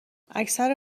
اکثر